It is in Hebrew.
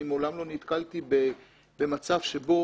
אני מעולם לא נתקלתי במצב שבו